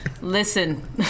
Listen